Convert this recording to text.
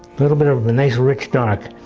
little bit of nice rich dark.